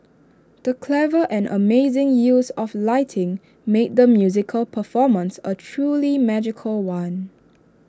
the clever and amazing use of lighting made the musical performance A truly magical one